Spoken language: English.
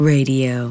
Radio